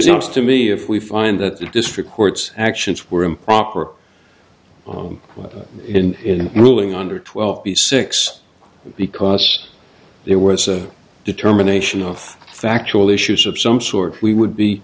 seems to me if we find that the district courts actions were improper well in ruling under twelve b six because there was a determination of factual issues of some sort we would be